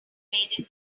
maiden